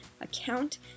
account